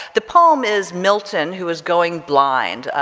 the poem is milton, who was going blind,